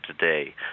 today